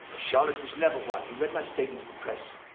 charlotte was never one. you read my statement to the press.